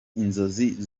inzozi